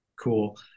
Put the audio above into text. cool